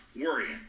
worrying